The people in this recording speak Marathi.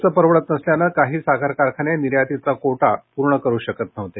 खर्च परवडत नसल्यानं काही साखर कारखाने निर्यातीचा कोटा पूर्ण करू शकत नव्हते